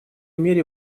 мере